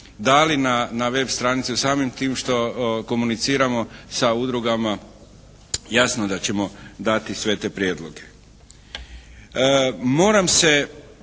dali na web stranice, samim tim što komuniciramo sa udrugama, jasno da ćemo dati sve te prijedloge.